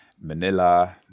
Manila